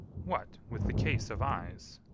what, with the case of eyes?